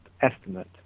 estimate